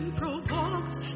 provoked